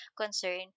concern